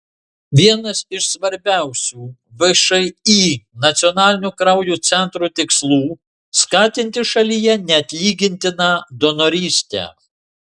vienas iš svarbiausių všį nacionalinio kraujo centro tikslų skatinti šalyje neatlygintiną donorystę